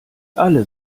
alle